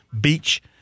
beach